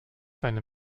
seine